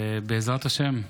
ובעזרת השם,